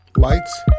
Lights